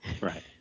Right